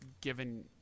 given